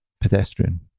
pedestrian